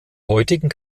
heutigen